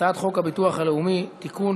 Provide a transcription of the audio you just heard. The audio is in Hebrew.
הצעת חוק הביטוח הלאומי (תיקון,